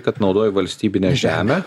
kad naudoju valstybinę žemę